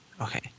Okay